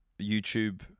YouTube